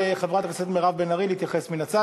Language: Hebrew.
לחברת הכנסת מירב בן ארי להתייחס מן הצד,